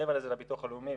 מעבר לזה זה הביטוח הלאומי,